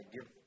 give